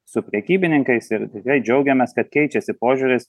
su prekybininkais ir tikrai džiaugiamės kad keičiasi požiūris